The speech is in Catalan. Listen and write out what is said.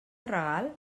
regal